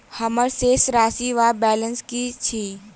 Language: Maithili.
हम्मर शेष राशि वा बैलेंस की अछि?